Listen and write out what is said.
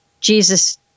Jesus